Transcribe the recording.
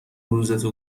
روزتو